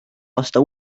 aasta